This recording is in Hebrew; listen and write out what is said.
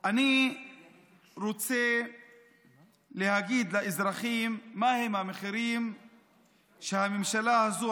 אני רוצה להגיד לאזרחים מהם המחירים שהממשלה הזו,